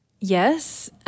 Yes